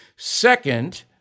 Second